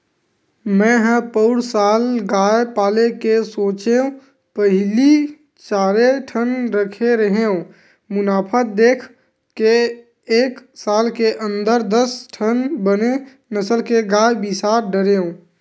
मेंहा पउर साल गाय पाले के सोचेंव पहिली चारे ठन रखे रेहेंव मुनाफा देख के एके साल के अंदर दस ठन बने नसल के गाय बिसा डरेंव